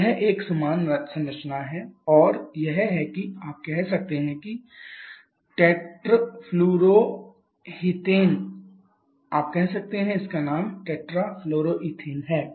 तो यह एक समान संरचना है और यह है कि आप कह सकते हैं कि टेट्रफ्लुओरोहेथेन आप कह सकते हैं कि इसका नाम टेट्रा फ्लोरो इथेन है